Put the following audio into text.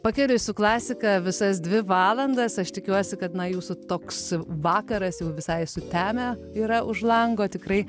pakeliui su klasika visas dvi valandas aš tikiuosi kad na jūsų toks vakaras jau visai sutemę yra už lango tikrai